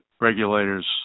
regulators